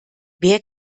wer